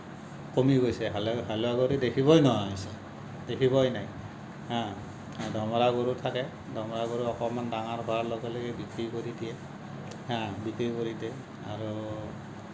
কমি গৈছে হালোৱা হালোৱা গৰু দেখিবই নোহোৱা হৈছে দেখিবই নাই হা দমৰা গৰু থাকে দমৰা গৰু অকণমান ডাঙৰ হোৱাৰ লগে লগে বিক্ৰী কৰি দিয়ে হা বিক্ৰী কৰি দিয়ে আৰু